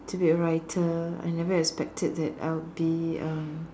to be a writer I never expected that I'll be uh